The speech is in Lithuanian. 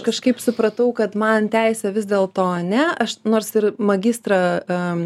kažkaip supratau kad man teisė vis dėlto ne aš nors ir magistrą